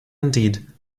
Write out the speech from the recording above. indeed